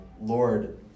Lord